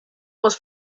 was